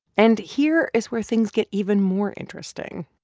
and here is where things get even more interesting.